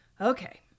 okay